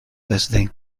desdén